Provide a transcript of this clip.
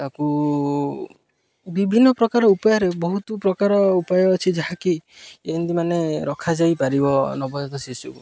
ତାକୁ ବିଭିନ୍ନ ପ୍ରକାର ଉପାୟରେ ବହୁତ ପ୍ରକାର ଉପାୟ ଅଛି ଯାହାକି ଏମିତି ମାନେ ରଖାଯାଇପାରିବ ନବଜାତ ଶିଶୁକୁ